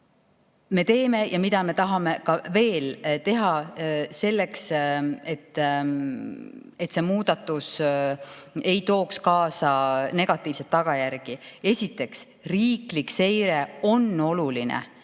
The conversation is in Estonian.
me teeme ja mida me tahame veel teha selleks, et see muudatus ei tooks kaasa negatiivseid tagajärgi? Esiteks, riiklik seire on oluline.